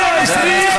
הפעם ה-120,